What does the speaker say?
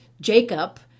Jacob